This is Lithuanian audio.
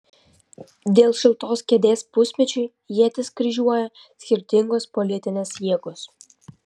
dėl šiltos kėdės pusmečiui ietis kryžiuoja skirtingos politinės jėgos